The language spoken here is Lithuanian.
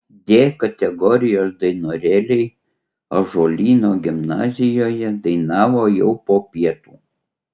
d kategorijos dainorėliai ąžuolyno gimnazijoje dainavo jau po pietų